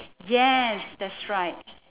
yes that's right